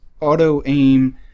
auto-aim